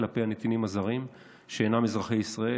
כלפי הנתינים הזרים שאינם אזרחי ישראל.